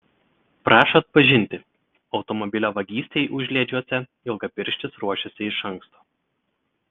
prašo atpažinti automobilio vagystei užliedžiuose ilgapirštis ruošėsi iš anksto